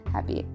Happy